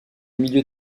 milieu